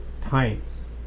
times